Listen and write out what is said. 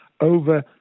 over